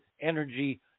energy